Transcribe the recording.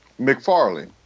McFarlane